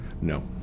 No